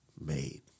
made